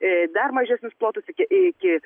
dar mažesnius plotus iki iki